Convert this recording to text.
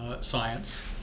science